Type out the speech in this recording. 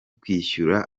kwishyura